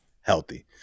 healthy